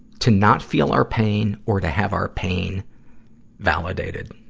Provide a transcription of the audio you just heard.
to not feel our pain or to have our pain validated.